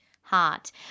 heart